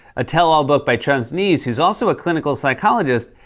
a tell-all book by trump's niece, who's also a clinical psychologist,